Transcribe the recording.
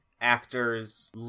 actors